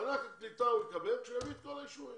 את מענק הקליטה הוא יקבל כשהוא יביא את כל האישורים.